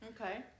Okay